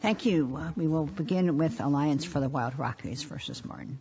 thank you we will begin with alliance for the wild rockies versus martin